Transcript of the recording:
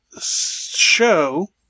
show